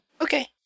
Okay